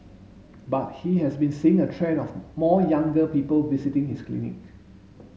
but he has been seeing a trend of more younger people visiting his clinic